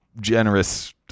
generous